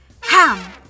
Ham